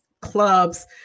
clubs